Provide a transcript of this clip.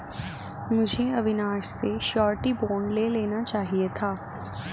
मुझे अविनाश से surety bond ले लेना चाहिए था